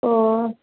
oh